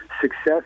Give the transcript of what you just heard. Success